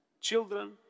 Children